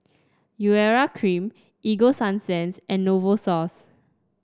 Urea Cream Ego Sunsense and Novosource